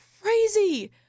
crazy